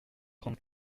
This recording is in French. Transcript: trente